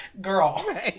Girl